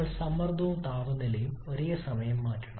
നമ്മൾ സമ്മർദ്ദവും താപനിലയും ഒരേസമയം മാറ്റണം